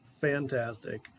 fantastic